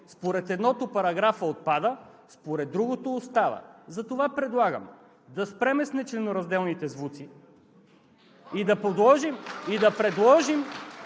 Според едното параграфът отпада, според другото – остава. Затова предлагам да спрем с нечленоразделните звуци и да предложим